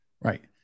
Right